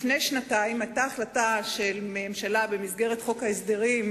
לפני שנתיים היתה החלטה של הממשלה במסגרת חוק ההסדרים,